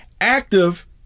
active